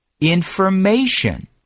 information